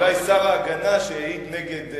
אז אולי שר ההגנה שהעיד נגד.